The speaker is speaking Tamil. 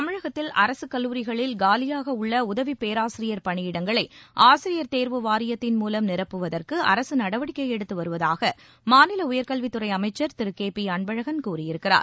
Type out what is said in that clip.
தமிழகத்தில் அரசு கல்லூரிகளில் காலியாக உள்ள உதவிப் பேராசிரியர் பணியிடங்களை ஆசிரியர் தேர்வு வாரியத்தின் மூலம் நிரப்புவதற்கு அரசு நடவடிக்கை எடுத்து வருவதாக மாநில உயர்கல்வித்துறை அமைச்சர் திரு கே பி அன்பழகன் கூறியிருக்கிறார்